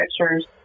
pictures